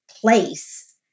place